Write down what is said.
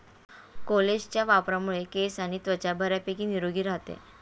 कोलेजनच्या वापरामुळे केस आणि त्वचा बऱ्यापैकी निरोगी राहते